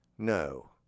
No